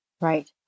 Right